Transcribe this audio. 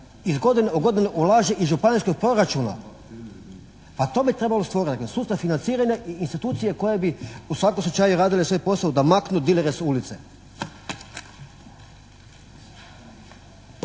iz godine u godinu ulaže iz županijskog proračuna. Pa to bi trebalo stvoriti, dakle sustav financiranja i institucije koje bi u svakom slučaju radile svoj posao da maknu dilere s ulice.